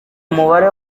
umubare